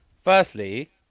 firstly